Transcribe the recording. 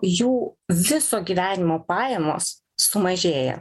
jų viso gyvenimo pajamos sumažėja